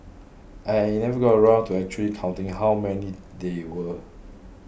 I never got around to actually counting how many they were